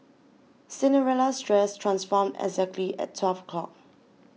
Cinderella's dress transformed exactly at twelve o' clock